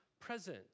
present